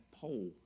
pole